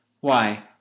Why